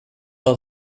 are